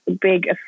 big